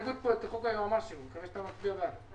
קיבלנו כ-40 מיליון שקל לבעיות ספציפיות של